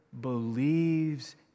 believes